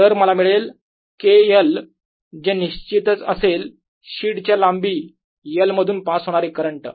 तर मला मिळेल KL जे निश्चितच असेल शीट च्या लांबी L मधून पास होणारे करंट